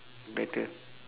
better